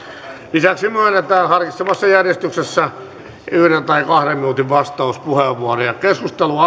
lisäksi myönnän harkitsemassani järjestyksessä yksi tai kahden minuutin vastauspuheenvuoroja keskustelu